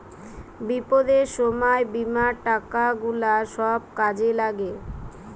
বিপদের সময় বীমার টাকা গুলা সব কাজে লাগে